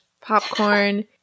popcorn